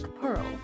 Pearl